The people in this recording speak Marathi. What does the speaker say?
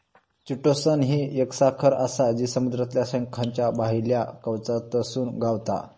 चिटोसन ही एक साखर आसा जी समुद्रातल्या शंखाच्या भायल्या कवचातसून गावता